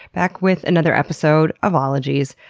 back with another episode of ologies.